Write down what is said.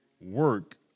work